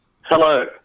Hello